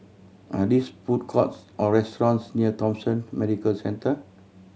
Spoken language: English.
are these food courts or restaurants near Thomson Medical Centre